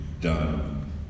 done